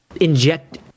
inject